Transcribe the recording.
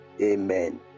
Amen